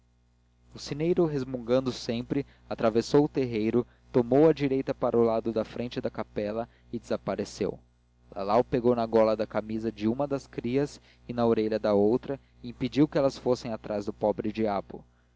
o sineiro resmungando sempre atravessou o terreiro tomou à direita para o lado da frente da capela e desapareceu lalau pegou na gola da camisa de uma das crias e na orelha da outra e impediu que elas fossem atrás do